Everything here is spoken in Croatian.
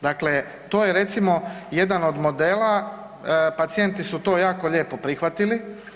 Dakle, to je recimo jedan od modela, pacijenti su to jako lijepo prihvatili.